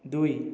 ଦୁଇ